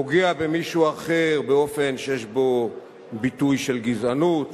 פוגע במישהו אחר באופן שיש בו ביטוי של גזענות,